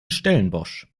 stellenbosch